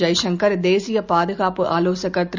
Jaishankar தேசியபாதுகாப்புஆலோசகர்திரு